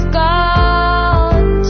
gone